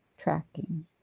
tracking